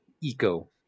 eco